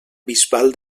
bisbal